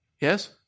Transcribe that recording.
Yes